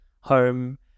home